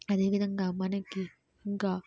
అదేవిధంగా మనకి ఇంకా